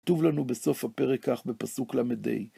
כתוב לנו בסוף הפרק כך בפסוק ל"ה.